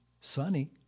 sunny